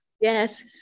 Yes